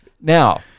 Now